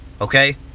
okay